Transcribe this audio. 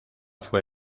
fue